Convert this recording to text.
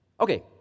Okay